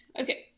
Okay